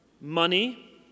Money